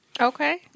Okay